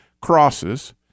crosses